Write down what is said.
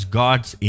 god's